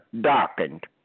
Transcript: darkened